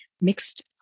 mixed